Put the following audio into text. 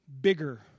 bigger